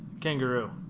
kangaroo